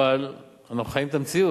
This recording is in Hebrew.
אבל אנחנו חיים את המציאות,